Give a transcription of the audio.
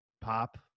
pop